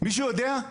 מישהו יודע?